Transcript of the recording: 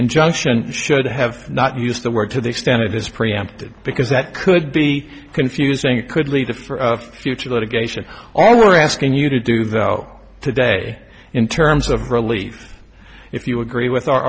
injunction should have not used the word to the extent of this preempted because that could be confusing it could lead to for future litigation all we're asking you to do though today in terms of relief if you agree with our